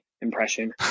impression